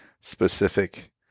specific